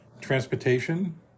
Transportation